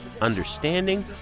understanding